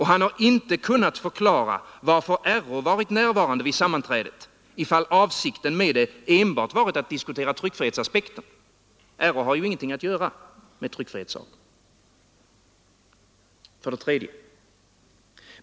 Han har inte kunnat förklara varför RÅ varit närvarande vid sammanträdet, om avsikten enbart varit att diskutera tryckfrihetsaspekten. RÅ har inget att göra med tryckfrihetssaker. 3.